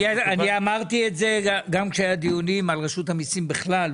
אמרתי את זה גם כשהיה דיונים על רשות המיסים בכלל,